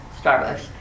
Starbucks